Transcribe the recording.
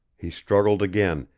he struggled again,